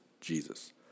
Jesus